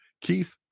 Keith